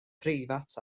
preifat